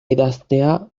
idaztea